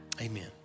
Amen